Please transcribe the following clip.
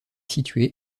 située